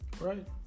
Right